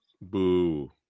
boo